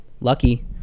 lucky